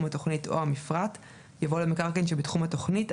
התוכנית או המפרט" יבוא "למקרקעין שבתחום התוכנית,